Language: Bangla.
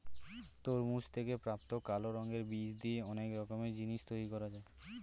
তরমুজ থেকে প্রাপ্ত কালো রঙের বীজ দিয়ে অনেক রকমের জিনিস তৈরি করা যায়